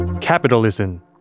Capitalism